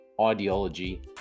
ideology